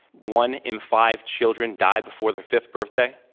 one in five children die before their fifth birthday.